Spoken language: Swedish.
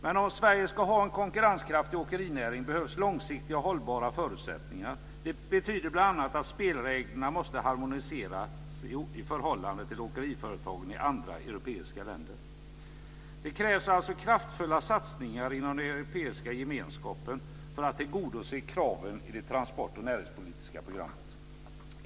Men om Sverige ska kunna ha en konkurrenskraftig åkerinäring behövs långsiktiga och hållbara förutsättningar. Det betyder bl.a. att spelreglerna måste harmoniseras i förhållande till åkeriföretag i andra europeiska länder. Det krävs alltså kraftfulla satsningar inom den europeiska gemenskapen för att tillgodose kraven i det transport och näringspolitiska programmet.